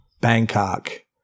Bangkok